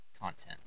content